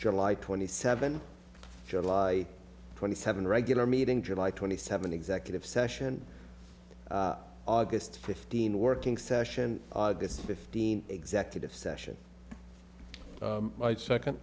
july twenty seven july twenty seventh regular meeting july twenty seventh executive session august fifteen working session august fifteenth executive session might second